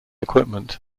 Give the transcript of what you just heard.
equipment